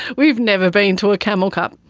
we've never been to a camel cup.